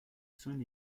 son